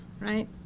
right